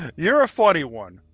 you're a funny one.